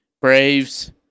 Braves